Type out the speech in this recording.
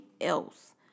else